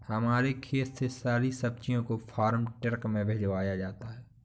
हमारे खेत से सारी सब्जियों को फार्म ट्रक में भिजवाया जाता है